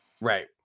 Right